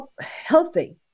healthy